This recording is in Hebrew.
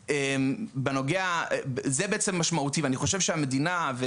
זה משמעותי ואני חושב שהמדינה,